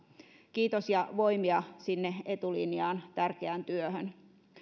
kiitos ja voimia sinne etulinjaan tärkeään työhön